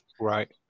right